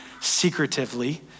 secretively